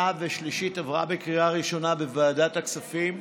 ושלישית עברה בקריאה ראשונה בוועדת הכספים.